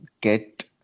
get